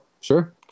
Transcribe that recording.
Sure